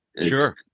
Sure